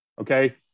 Okay